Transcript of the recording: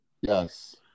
yes